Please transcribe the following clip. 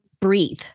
breathe